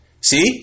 See